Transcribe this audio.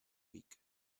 week